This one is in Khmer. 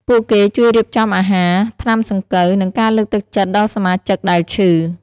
ពួកគេជួយរៀបចំអាហារ ថ្នាំសង្កូវ និងការលើកទឹកចិត្តដល់សមាជិកដែលឈឺ។